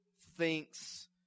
thinks